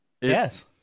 Yes